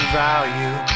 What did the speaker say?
value